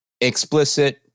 explicit